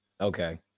Okay